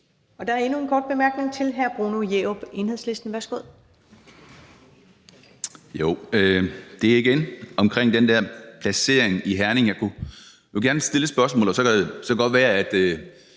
Der er endnu en kort bemærkning, og det er til hr. Bruno Jerup, Enhedslisten. Værsgo. Kl. 15:59 Bruno Jerup (EL): Det er igen om den placering i Herning. Jeg vil gerne stille et spørgsmål, og så kan det godt være, at